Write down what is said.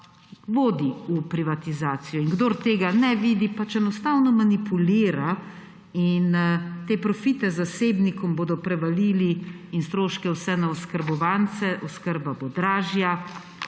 vodi v privatizacijo, in kdor tega ne vidi, pač enostavno manipulira. In te profite zasebnikom in stroške bodo prevalili vse na oskrbovance, oskrba bo dražja.